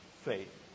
faith